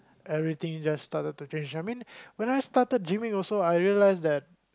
everything just started to change I mean when I started gymming I also I realised that